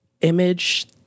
image